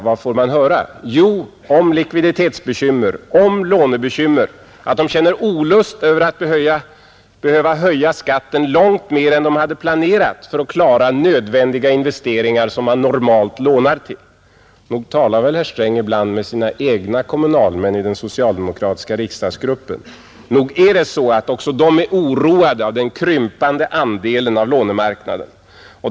Jo, man får höra om likviditetsbekymmer, om lånebekymmer, att de känner olust över att behöva höja skatten långt mer än de hade planerat för att klara nödvändiga investeringar som man normalt lånar till. Nog talar väl herr Sträng ibland med sina egna kommunalmän i den socialdemokratiska riksdagsgruppen? Nog är också de oroade av den krympande andelen av lånemarknaden?